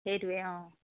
সেইটোৱে অঁ